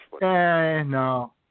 no